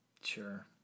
Sure